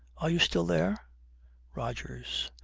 are you still there rogers.